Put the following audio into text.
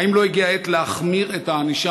2. האם לא הגיעה העת להחמיר את הענישה